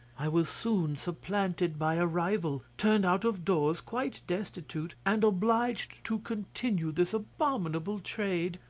i was soon supplanted by a rival, turned out of doors quite destitute, and obliged to continue this abominable trade,